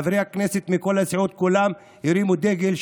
חברי הכנסת מכל הסיעות כולם הרימו דגל,